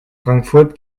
frankfurt